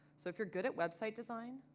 so if you're good at website design,